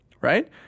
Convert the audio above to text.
right